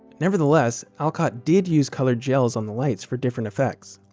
nevertheless, alcott did use colored gels on the lights for different effects.